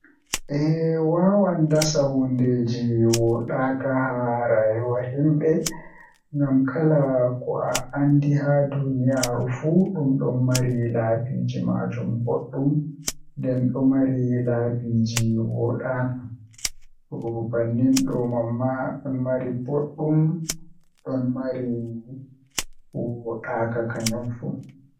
Eh wawan dasa hundeeji woodaaka haa rayuwa himbe ngam kala ko a andi haa duniyaaru fuu dum don mari laabiji maajum boddum nden don mari laabiiji woodaaka toh bannin do manma don mari boddum don mari woodaaka kanjum fuu.